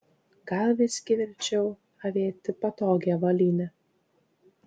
gal visgi verčiau avėti patogią avalynę